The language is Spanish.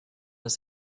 las